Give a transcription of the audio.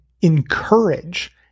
encourage